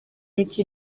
mike